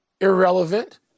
Irrelevant